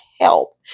help